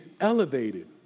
elevated